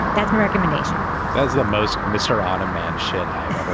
that's my recommendation that's the most mr. autumn man shit i have ever